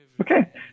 Okay